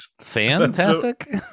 fantastic